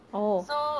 oh